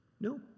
no